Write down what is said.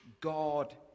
God